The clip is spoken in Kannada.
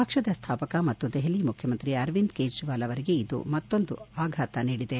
ಪಕ್ಷದ ಸ್ಥಾಪಕ ಮತ್ತು ದೆಹಲಿ ಮುಖ್ಯಮಂತ್ರಿ ಅರವಿಂದ್ ಕೇಜ್ರವಾಲ್ ಅವರಿಗೆ ಇದು ಮತ್ತೊಂದು ಆಘಾತ ನೀಡಿದೆ